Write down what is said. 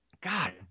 God